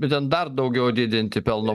bet ten dar daugiau didinti pelno